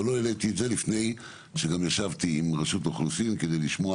אבל לא העליתי את זה לפני שגם ישבתי עם רשות האוכלוסין כדי לשמוע